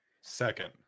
Second